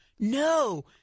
No